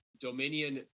Dominion